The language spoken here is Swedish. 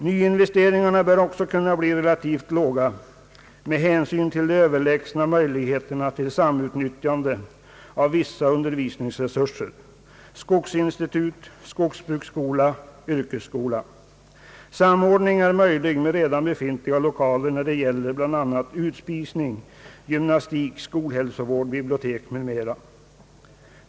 Nyinvesteringarna bör också bli relativt låga med hänsyn till de överlägsna möjligheterna till samutnyttjande av vissa undervisningsresurser — skogsinstitut, skogsbruksskola och yrkesskola. Samordning är möjlig med redan befintliga lokaler när det gäller bl.a. utspisning, gymnastik, skolhälsovård, bibliotek m.m.